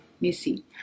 Missy